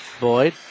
Boyd